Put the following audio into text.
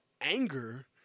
anger